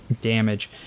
damage